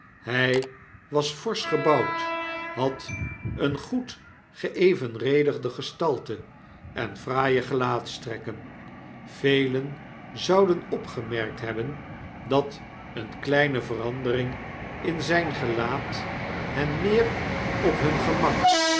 hij was forsch gebouwd had eene goed geeyenredigde gestalte en fraaie gelaatstrekken velen zouden opgemerkt hebben dat eene kleine verandering in zijn gelaat hen meer op hun gemak